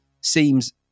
seems